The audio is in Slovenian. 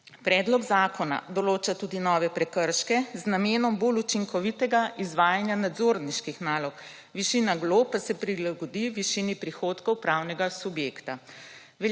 Predlog zakona določa tudi nove prekrške z namenom bolj učinkovitega izvajanja nadzorniških nalog, višina glob pa se prilagodi višini prihodkov pravnega subjekta.